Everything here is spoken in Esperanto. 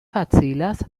facilas